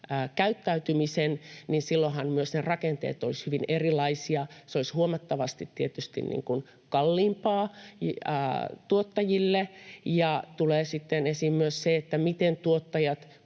käyttäytymisen, niin silloinhan myös ne rakenteet olisivat hyvin erilaisia. Se olisi tietysti huomattavasti kalliimpaa tuottajille, ja sitten tulee esiin myös se, että kun tämä